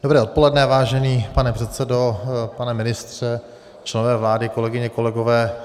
Dobré odpoledne, vážený pane předsedo, pane ministře, členové vlády, kolegyně, kolegové.